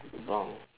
brown